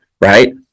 right